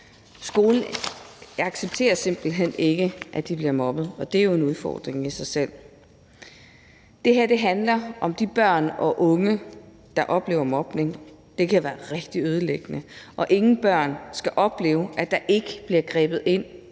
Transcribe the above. skolen anerkender simpelt hen ikke, at barnet bliver mobbet, og det er jo en udfordring i sig selv. Det her handler om de børn og de unge, der oplever mobning. Det kan være rigtig ødelæggende, og ingen børn skal opleve, at der ikke bliver grebet ind,